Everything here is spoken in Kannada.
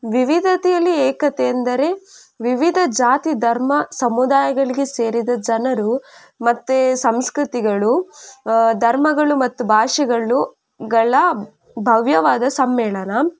ವಿವಿಧತೆಯಲ್ಲಿ ಏಕತೆ ಎಂದರೆ ವಿವಿಧ ಜಾತಿ ಧರ್ಮ ಸಮುದಾಯಗಳಿಗೆ ಸೇರಿದ ಜನರು ಮತ್ತೆ ಸಂಸ್ಕೃತಿಗಳು ಧರ್ಮಗಳು ಮತ್ತ ಭಾಷೆಗಳು ಗಳ ಭವ್ಯವಾದ ಸಮ್ಮೇಳನ